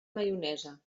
maionesa